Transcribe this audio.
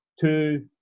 two